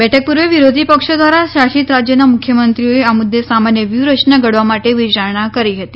બેઠક પૂર્વે વિરોધી પક્ષો દ્વારા શાસિત રાજ્યોના મુખ્યમંત્રીઓએ આ મુદ્દે સામાન્ય વ્યૂહરચના ઘડવા માટે વિચારણા કરી હતી